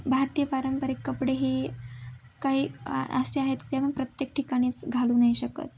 भारतीय पारंपरिक कपडे हे काही आ असे आहेत ते पण प्रत्येक ठिकाणीच घालू नाही शकत